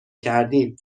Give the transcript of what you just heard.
کردیم